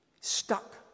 stuck